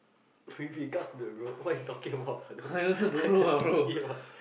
with regards to the road what he talking about let's skip ah